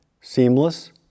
seamless